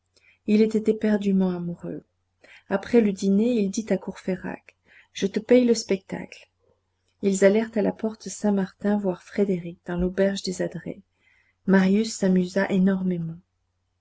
il était éperdument amoureux après le dîner il dit à courfeyrac je te paye le spectacle ils allèrent à la porte-saint-martin voir frédérick dans l'auberge des adrets marius s'amusa énormément